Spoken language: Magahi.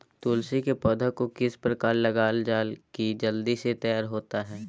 तुलसी के पौधा को किस प्रकार लगालजाला की जल्द से तैयार होता है?